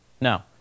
Now